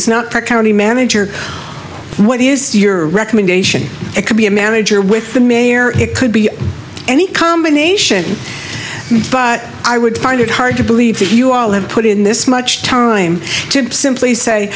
is not park county manager what is your recommendation it could be a manager with the mayor it could be any combination but i would find it hard to believe that you all have put in this much time to simply say